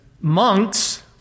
monks